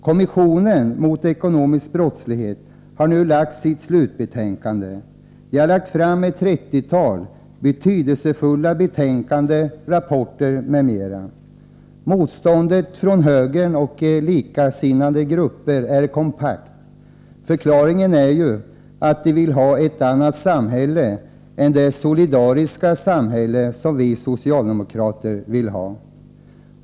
Kommissionen mot ekonomisk brottslighet har nu lagt fram sitt slutbetänkande. Det gäller ett trettiotal betydelsefulla betänkanden, rapporter m.m. Motståndet från högern och likasinnade grupper är kompakt. Förklaringen är ju att de vill ha ett annat samhälle än det solidariska samhälle som vi socialdemokrater vill ha.